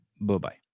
Bye-bye